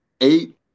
Eight